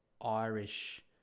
Irish